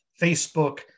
Facebook